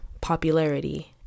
popularity